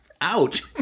Ouch